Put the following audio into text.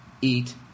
eat